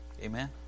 Amen